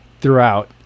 throughout